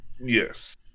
yes